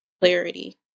clarity